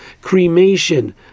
Cremation